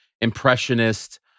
impressionist